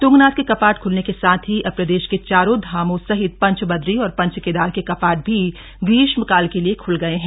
तृंगनाथ के कपाट ख्लने के साथ ही अब प्रदेश के चारों धाम सहित पंच बदरी और पंच केदार के कपाट भी ग्रीष्मकाल के लिए खुल गये हैं